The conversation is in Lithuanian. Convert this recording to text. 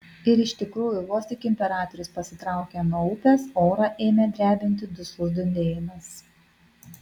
ir iš tikrųjų vos tik imperatorius pasitraukė nuo upės orą ėmė drebinti duslus dundėjimas